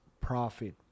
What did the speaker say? profit